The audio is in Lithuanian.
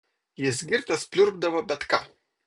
jis girtas pliurpdavo bet ką